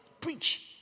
preach